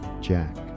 Jack